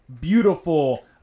beautiful